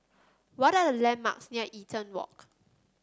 what are the landmarks near Eaton Walk